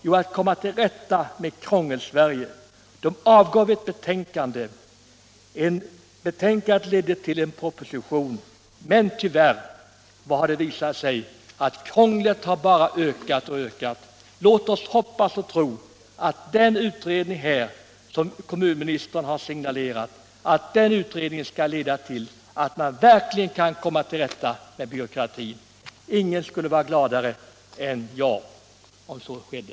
Jo, att komma till rätta med Krångelsverige. Utredningen avgav ett betänkande, som ledde till en proposition. Men tyvärr har det visat sig att krånglet bara ökat och ökat. Låt oss hoppas och tro att den utredning kommunministern nu signalerat skall leda till att man verkligen kan komma till rätta med byråkratin. Ingen skulle bli gladare än jag om så skedde.